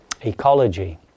ecology